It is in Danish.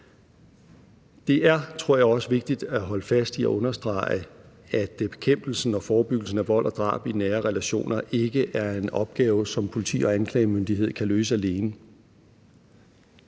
Det er, tror jeg, også vigtigt at holde fast i at understrege, at bekæmpelsen og forebyggelsen af vold og drab i nære relationer ikke er en opgave, som politi og anklagemyndighed kan løse alene.